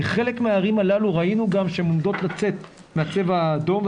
כי ראינו שחלק מהערים הללו עומדות לצאת מהצבע האדום,